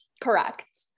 Correct